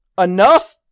enough